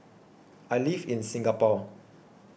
I live in Singapore